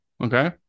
okay